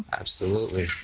absolutely.